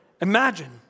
imagine